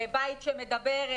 בית שמדבר,